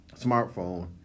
smartphone